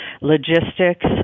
logistics